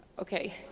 okay.